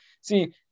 See